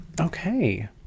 okay